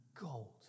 gold